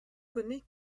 connait